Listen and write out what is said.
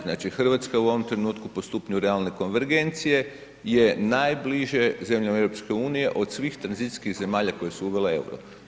Znači Hrvatska u ovom trenutku po stupnju realne konvergencije je najbliže zemlje EU od svih tranzicijskih zemalja koje su uvele euro.